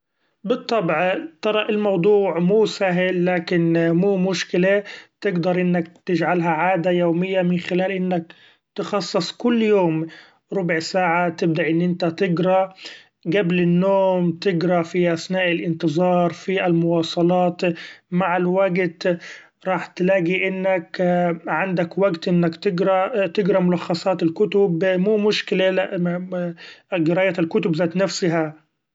بالطبع ترا الموضوع مو سهل ، لكن مو مشكلي تقدر انك تجعلها عادة يومية من خلال انك تخصص كل يوم ربع ساعة تبدأ ان انت تقرا قبل النوم تقرا في أثناء الانتظار في المواصلات مع الوقت رح تلاقي انك عندك وقت انك تقرا تقرا ملخصات الكتب مو مشكلي قراية الكتب ذات نفسها.